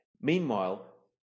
Meanwhile